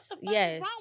yes